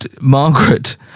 Margaret